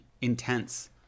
intense